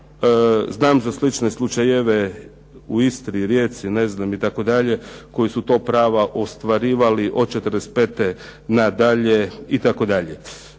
Znam za slične slučajeve u Istri, Rijeci, ne znam itd. koji su ta prava ostvarivali od '45. na dalje itd.